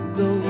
go